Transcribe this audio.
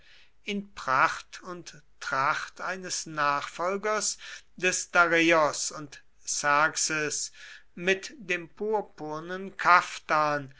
in pracht und tracht eines nachfolgers des dareios und xerxes mit dem purpurnen kaftan